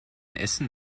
essen